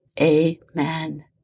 Amen